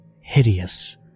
hideous